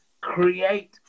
Create